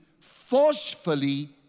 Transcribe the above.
forcefully